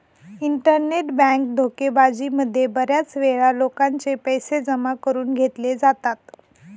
internet bank धोकेबाजी मध्ये बऱ्याच वेळा लोकांचे पैसे जमा करून घेतले जातात